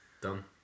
Done